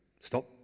Stop